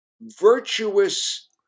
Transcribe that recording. virtuous